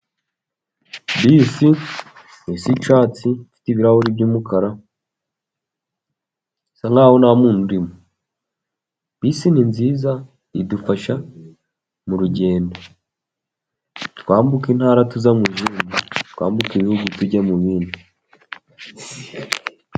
Bisi isa icyatsi ifite ibirahuri by'umuka, isa nk'aho nta muntu urimo. Bisi ni nziza, idufasha mu rugendo. Twambuka intara tujya mu yindi, twambuka ibihugu tujya mu bindi.